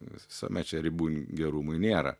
visuomet čia ribų gerumui nėra